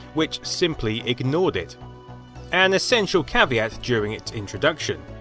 which simply ignored it an essential caveat during its introduction.